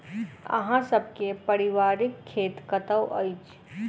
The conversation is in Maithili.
अहाँ सब के पारिवारिक खेत कतौ अछि?